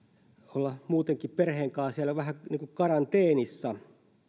olla muutenkin perheen kanssa siellä vähän niin kuin karanteenissa